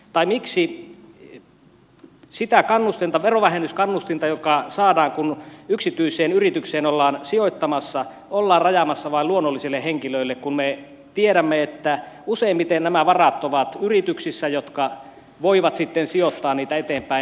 tai miksi sitä verovähennyskannustinta joka saadaan kun yksityiseen yritykseen ollaan sijoittamassa ollaan rajaamassa vain luonnollisille henkilöille kun me tiedämme että useimmiten nämä varat ovat yrityksissä jotka voivat sitten sijoittaa niitä eteenpäin